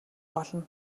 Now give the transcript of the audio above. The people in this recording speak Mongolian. болно